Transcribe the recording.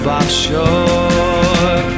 offshore